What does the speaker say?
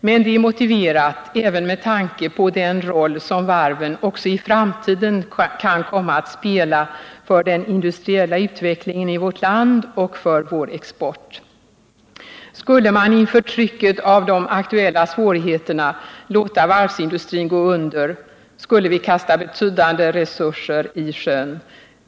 Men det är motiverat även med tanke på den roll som varven också i framtiden kan komma att spela för den industriella utvecklingen i vårt land och för vår export. Skulle man inför trycket av de aktuella svårigheterna låta varvsindustrin gå under, skulle vi kasta betydande resurser i sjön.